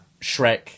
Shrek